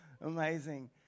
Amazing